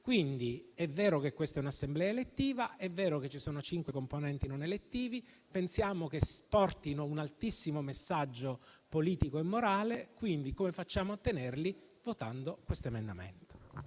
incarna. È vero che questa è un'Assemblea elettiva ed è vero che ci sono cinque componenti non elettivi: pensiamo che portino un altissimo messaggio politico e morale. Come facciamo a tenerli? Votando questo emendamento.